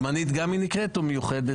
היא נקראת גם זמנית או מיוחדת?